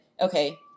okay